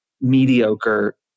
mediocre